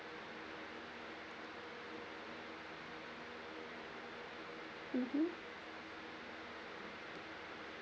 mmhmm